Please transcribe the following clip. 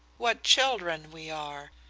what children we are!